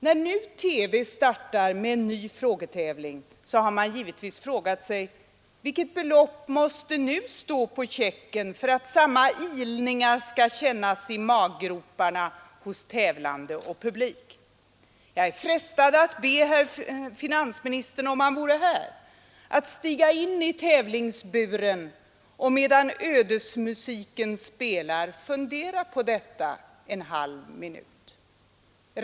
När nu TV:n startar med en ny frågetävling har man givetvis frågat sig: Vilket belopp måste nu stå på checken för att samma ilningar skall kännas i maggropen hos tävlande och publik? Jag är frestad att be herr finansministern — om han vore här — att stiga in i tävlingsburen och medan ödesmusiken spelar fundera på detta en halv minut.